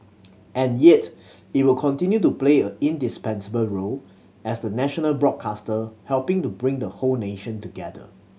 and yet it will continue to play a indispensable role as the national broadcaster helping to bring the whole nation together